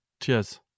cheers